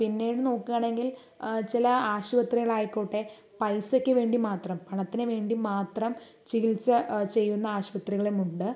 പിന്നീട് നോക്ക് ആണെങ്കിൽ ചില ആശുപത്രികളിൽ ആയിക്കോട്ടെ പൈസക്ക് വേണ്ടി മാത്രം പണത്തിന് വേണ്ടി മാത്രം ചികിത്സ ചെയ്യുന്ന ആശുപതികളുമുണ്ട്